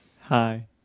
Hi